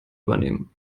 übernehmen